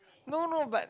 no no but